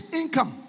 income